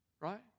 Right